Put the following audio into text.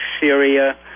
syria